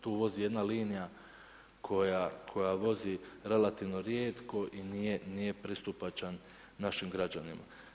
Tu vozi jedna linija koja vozi relativno rijetko i nije pristupačan našim građanima.